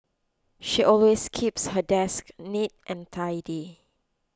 she always keeps her desk neat and tidy